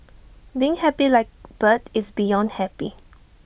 being happy like bird is beyond happy